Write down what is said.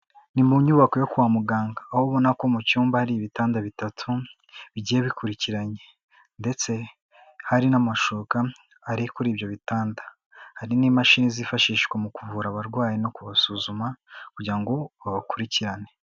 Ni mu nyubako yo kwa muganga, aho ubona ko mu cyumba hari ibitanda bitatu bigiye bikurikiranye, ndetse hari n'amashuka ari kuri ibyo bitanda, hari n'imashini zifashishwa mu kuvura abarwayi no kubasuzuma kugira ngo babakurikirane.